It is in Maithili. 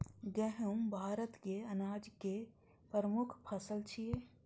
गहूम भारतक अनाज केर प्रमुख फसल छियै